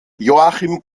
joachim